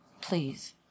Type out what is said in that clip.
Please